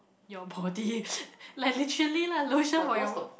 your body like literally lah lotion for your